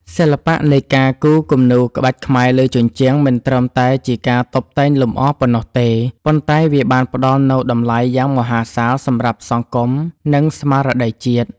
សិល្បៈនៃការគូរគំនូរក្បាច់ខ្មែរលើជញ្ជាំង មិនត្រឹមតែជាការតុបតែងលម្អប៉ុណ្ណោះទេ ប៉ុន្តែវាបានផ្ដល់នូវតម្លៃយ៉ាងមហាសាលសម្រាប់សង្គម និងស្មារតីជាតិ។